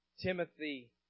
Timothy